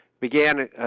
began